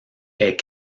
est